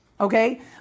okay